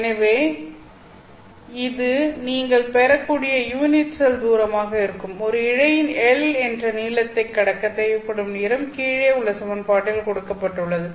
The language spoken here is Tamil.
எனவே இது நீங்கள் பெறக்கூடிய யூனிட் செல் தூரமாக இருக்கும் ஒரு இழையின் L என்ற நீளத்தைக் கடக்க தேவைப்படும் நேரம் கீழே உள்ள சமன்பாட்டில் கொடுக்கப்பட்டுள்ளது